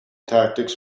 tactics